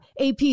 AP